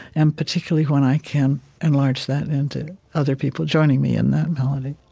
and particularly when i can enlarge that into other people joining me in that melody,